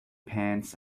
pants